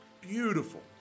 beautiful